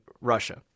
Russia